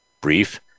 brief